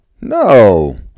No